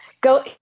go